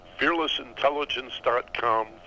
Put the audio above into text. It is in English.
fearlessintelligence.com